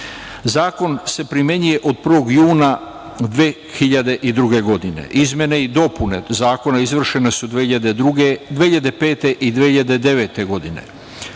se primenjuje od 1. juna 2002. godine. Izmene i dopune Zakona izvršene su 2005. i 2009. godine.